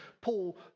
Paul